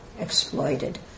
exploited